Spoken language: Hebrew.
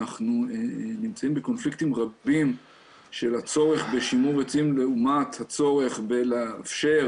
אנחנו נמצאים בקונפליקטים רבים של הצורך בשימור עצים לעומת הצורך בלאפשר